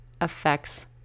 affects